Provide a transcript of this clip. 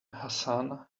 hassan